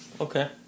Okay